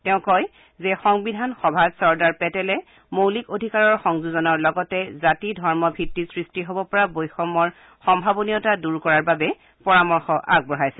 তেওঁ কয় যে সংবিধান সভাত চৰ্দাৰ পেটেলে মৌলিক অধিকাৰৰ সংযোজনৰ লগতে জাতি ধৰ্ম ভিত্তিত সৃষ্টি হ'ব পৰা বৈষম্যৰ সম্ভাবনীয়তা দূৰ কৰাৰ বাবে পৰামৰ্শ আগবঢ়াইছিল